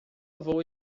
vou